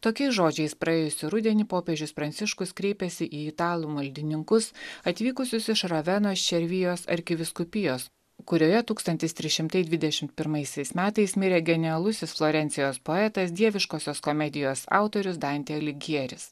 tokiais žodžiais praėjusį rudenį popiežius pranciškus kreipėsi į italų maldininkus atvykusius iš ravenos červijos arkivyskupijos kurioje tūkstantis trys šimtai dvidešimt pirmais metais mirė genialusis florencijos poetas dieviškosios komedijos autorius dante aligjeris